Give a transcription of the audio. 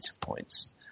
points